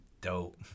dope